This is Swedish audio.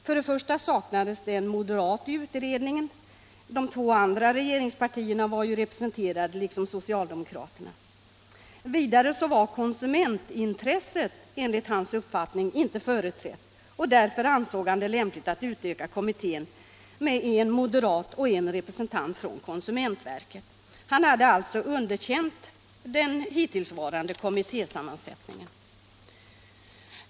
För det första saknades det en moderat i utredningen — de andra två regeringspartierna var representerade liksom socialdemokraterna. För det andra var konsumentintresset enligt hans uppfattning inte företrätt. Därför ansåg han det lämpligt att utöka kommittén med en moderat och en representant från konsumentverket. Han har alltså underkänt den hittillsvarande kommittésammansättningen.